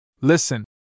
Listen